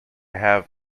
have